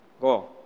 Go